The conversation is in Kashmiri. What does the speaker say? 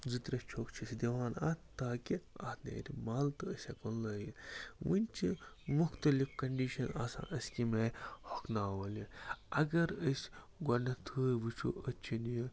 زٕ ترٛےٚ چھۄکھ چھِ أسۍ دِوان اَتھ تاکہِ اَتھ نیرِ مَل تہٕ أسۍ ہیٚکہٕ ہون لٲگِتھ وۄنۍ چھِ مختلف کَنٛڈِشَن آسان أسۍ کَمہِ آیہِ ہۄکھناوہون یہِ اگر أسۍ گۄڈنیٚتھٕے وُچھو أسۍ چھِنہٕ یہِ